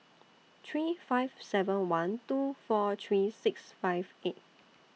three five seven one two four three six five eight